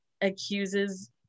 accuses